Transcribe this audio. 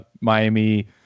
Miami